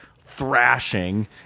thrashing